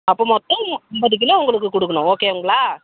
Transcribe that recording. அப்போ மொத்தம் ஐம்பது கிலோ உங்களுக்கு கொடுக்கணும் ஓகேங்களா